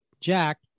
Jack